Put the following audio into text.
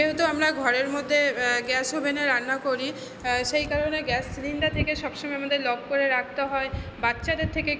যেহেতু আমরা ঘরের মধ্যে গ্যাস ওভেনে রান্না করি সেই কারণে গ্যাস সিলিন্ডার থেকে সব সময় আমাদের লক করে রাখতে হয় বাচ্চাদের থেকে একটু